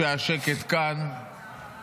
כשהשקט כאן